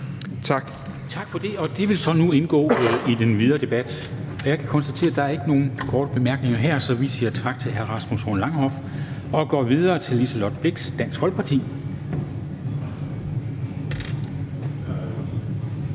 Tak for det. Det vil nu indgå i den videre forhandling. Jeg kan konstatere, at der ikke er nogen korte bemærkninger, så vi siger tak til hr. Rasmus Horn Langhoff og går videre til fru Liselott Blixt, Dansk Folkeparti.